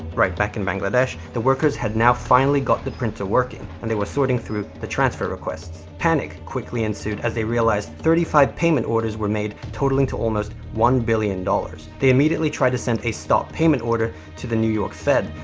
right back in bangladesh, the workers had now finally got the printer working and they were sorting through the transfer requests. panic quickly ensued as they realized thirty five payment orders were made, totalling to almost one billion dollars. they immediately tried to send a stop payment order to the new york fed,